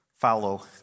follow